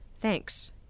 Thanks